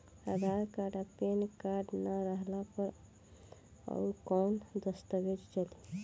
आधार card आ PAN card ना रहला पर अउरकवन दस्तावेज चली?